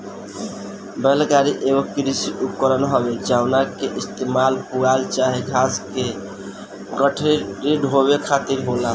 बैल गाड़ी एगो कृषि उपकरण हवे जवना के इस्तेमाल पुआल चाहे घास के गठरी के ढोवे खातिर होला